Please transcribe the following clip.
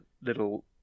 little